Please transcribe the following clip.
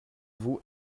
vous